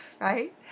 Right